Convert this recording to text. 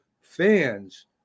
fans